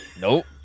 Nope